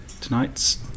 Tonight's